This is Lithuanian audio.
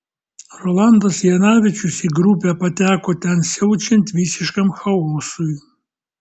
rolandas janavičius į grupę pateko ten siaučiant visiškam chaosui